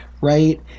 right